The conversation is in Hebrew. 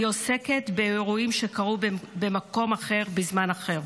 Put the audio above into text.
היא עוסקת באירועים שקרו במקום אחר, בזמן אחר.